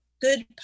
good